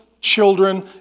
children